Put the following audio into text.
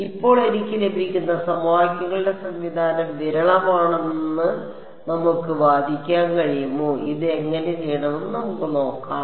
ഇപ്പോൾ എനിക്ക് ലഭിക്കുന്ന സമവാക്യങ്ങളുടെ സംവിധാനം വിരളമാണെന്ന് നമുക്ക് വാദിക്കാൻ കഴിയുമോ ഇത് എങ്ങനെ ചെയ്യണമെന്ന് നമുക്ക് നോക്കാം